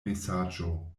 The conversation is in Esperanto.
mesaĝo